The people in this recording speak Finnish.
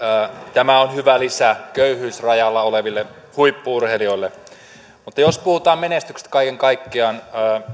tämä on hyvä lisä köyhyysrajalla oleville huippu urheilijoille mutta jos puhutaan menestyksestä kaiken kaikkiaan